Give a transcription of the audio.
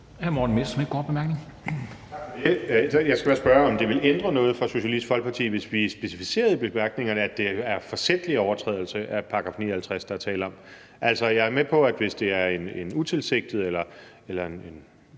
Jeg skal bare spørge, om det ville ændre noget for Socialistisk Folkeparti, hvis vi specificerede i bemærkningerne, at det er en forsætlig overtrædelse af § 59, der er tale om. Altså, jeg er med på det, hvis det er en utilsigtet eller